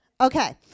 Okay